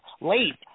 late